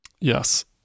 Yes